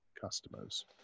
customers